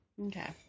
Okay